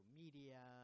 media